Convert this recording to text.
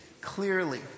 clearly